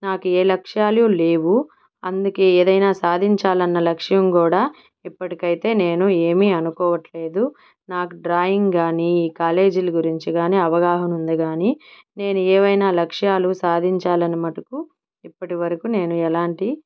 నాకు ఏ లక్ష్యాలు లేవు అందుకే ఏదైనా సాధించాలన్న లక్ష్యం కూడా ఇప్పటికైతే నేను ఏమి అనుకోవట్లేదు నాకు డ్రాయింగ్ కాని కాలేజీల గురించి కాని అవగాహన ఉంది కాని నేను ఏవైనా లక్ష్యాలు సాధించాలని మటుకు ఇప్పటివరకు నేను ఎలాంటి